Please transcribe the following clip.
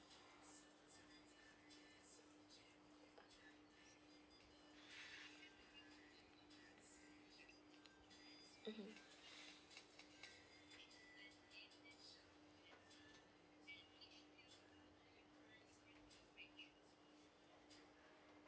mmhmm